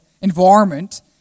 environment